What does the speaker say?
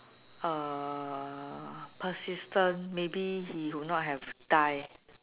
uh persistent maybe he would not have die